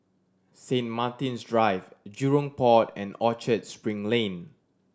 Saint Martin's Drive Jurong Port and Orchard Spring Lane